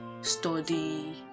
study